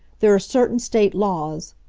there are certain state laws